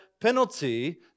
penalty